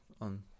on